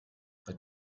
but